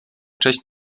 cześć